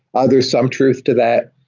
others some truth to that.